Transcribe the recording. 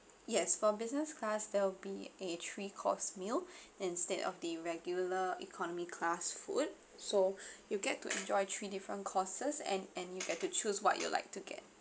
yes for business class there'll be a three course meal instead of the regular economy class food so you get to enjoy three different courses and and you get to choose what you'd like to get